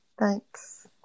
Thanks